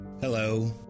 Hello